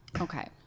Okay